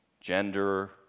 gender